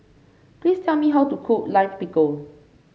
please tell me how to cook Lime Pickle